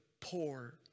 poor